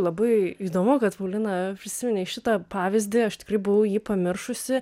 labai įdomu kad paulina prisiminei šitą pavyzdį aš tikrai buvau jį pamiršusi